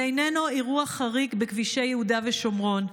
זה איננו אירוע חריג בכבישי יהודה ושומרון.